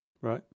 Right